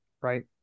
right